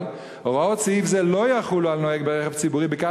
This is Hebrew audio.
אבל הוראות סעיף זה לא יחולו על נוהג ברכב ציבורי בקו